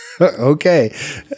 Okay